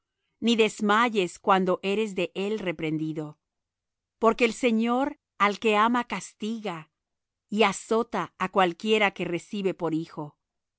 ni desmayes cuando eres de él reprendido porque el señor al que ama castiga y azota á cualquiera que recibe por hijo si